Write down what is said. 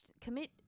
commit